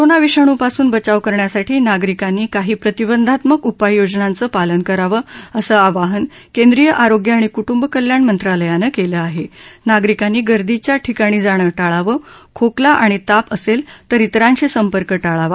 corona विषाणूपासून बचाव करण्यासाठी नागरिकांनी काही प्रतिबंधात्मक उपाययोजनांचं पालन करावं असं आवाहन केंद्रीय आरोग्य आणि कुटुंब कल्याण मंत्रालयानं कळि आह जागरिकांनी गर्दीच्या ठिकाणी जाणं टाळावं खोकला आणि ताप असळीतर विरांशी संपर्क टाळावा